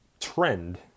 trend